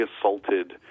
assaulted